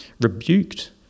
rebuked